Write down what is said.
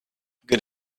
good